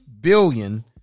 billion